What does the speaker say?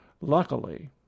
Luckily